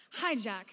hijack